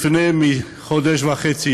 לפני חודש וחצי,